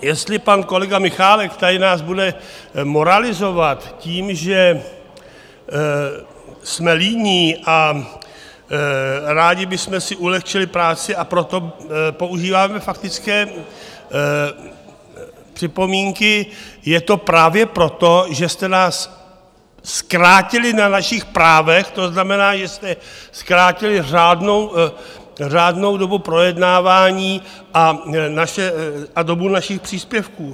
Jestli pan kolega Michálek tady nás bude moralizovat tím, že jsme líní a rádi bychom si ulehčili práci, a proto používáme faktické připomínky, je to právě proto, že jste nás zkrátili na našich právech, to znamená, že jste zkrátili řádnou dobu projednávání a dobu našich příspěvků.